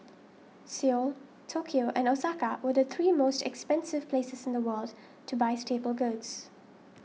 Seoul Tokyo and Osaka were the three most expensive places in the world to buy staple goods